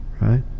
right